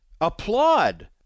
applaud